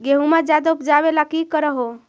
गेहुमा ज्यादा उपजाबे ला की कर हो?